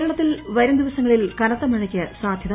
കേരളത്തിൽ വരുംദിവസങ്ങളിൽ കനത്ത മഴയ്ക്ക് സാധൃത